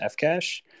Fcash